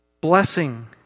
Blessing